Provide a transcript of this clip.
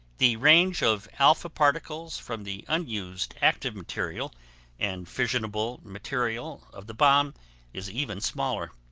the range of alpha particles from the unused active material and fissionable material of the bomb is even smaller.